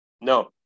No